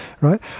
right